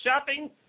shopping